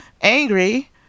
angry